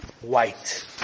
white